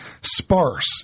sparse